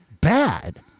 bad